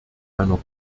einer